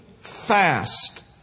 fast